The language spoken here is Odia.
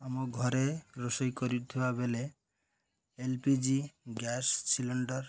ଆମ ଘରେ ରୋଷେଇ କରୁଥିବା ବେଳେ L P G gas cylinder